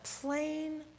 plain